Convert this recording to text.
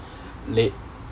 led